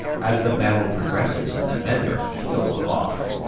as the battle progresses and the men are killed off,